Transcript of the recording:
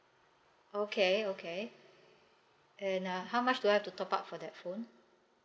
okay okay and uh how much do I have to top up for that phone